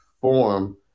form